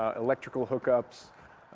ah electrical hook ups.